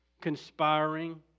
conspiring